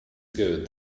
good